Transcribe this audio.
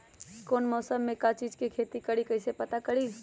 कौन मौसम में का चीज़ के खेती करी कईसे पता करी?